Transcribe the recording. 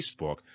Facebook